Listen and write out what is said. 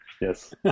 Yes